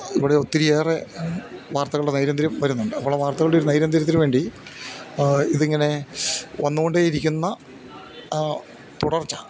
ഇവിടെ ഒത്തിരിയേറെ വാർത്തകളുടെ നൈരന്തര്യം വരുന്നുണ്ട് അപ്പോള് ആ വാർത്തകളുടെ നൈരന്തര്യത്തിന് വേണ്ടി ഇതിങ്ങനെ വന്നുകൊണ്ടേയിരിക്കുന്ന തുടർച്ച